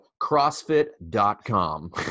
CrossFit.com